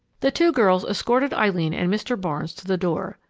the two girls escorted eileen and mr. barnes to the door,